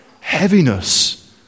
heaviness